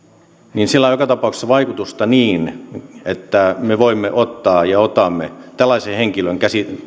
niin sillä on joka tapauksessa vaikutusta niin että me voimme ottaa ja otamme tällaisen henkilön